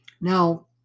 Now